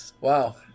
Wow